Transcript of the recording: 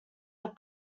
are